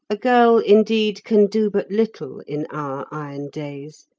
a girl, indeed, can do but little in our iron days,